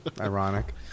ironic